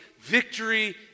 victory